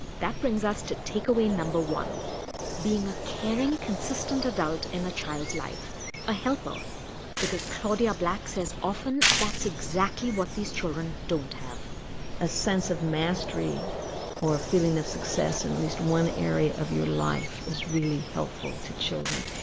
that brings us to takeaway no. one being a caring, consistent adult in a child's life a helper because claudia black says often, that's exactly what these children don't have a sense of mastery or a feeling of success in at least one area of your life is really helpful to children.